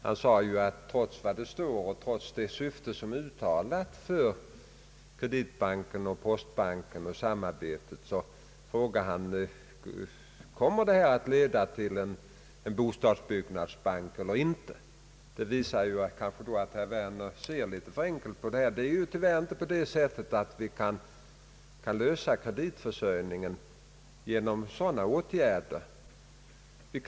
Trots det uttalande som gjorts om syftet med samarbetet mellan Kreditbanken och postbanken, frågar han: Kommer detta att leda till en bostadsbank eller inte? Det visar att herr Werner ser litet för enkelt på detta. Det är tyvärr inte på det sättet att vi kan lösa problemet med kreditförsörjningen genom sådana åtgärder som här vidtagits.